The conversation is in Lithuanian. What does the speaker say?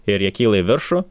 ir jie kyla į viršų